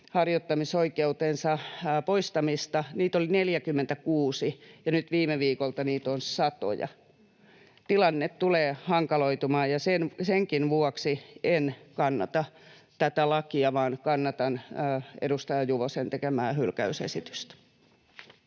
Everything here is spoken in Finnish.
ammattiharjoittamisoikeutensa poistamista, oli 46, niin nyt viime viikolta niitä on satoja. Tilanne tulee hankaloitumaan. Senkin vuoksi en kannata tätä lakia, vaan kannatan edustaja Juvosen tekemää hylkäysesitystä.